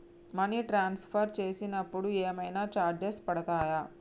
Money transfer చేసినప్పుడు ఏమైనా charges పడతయా?